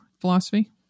philosophy